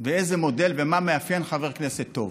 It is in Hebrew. איזה מודל, ומה מאפיין חבר כנסת טוב.